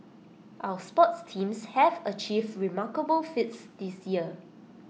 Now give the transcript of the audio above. our sports teams have achieved remarkable feats this year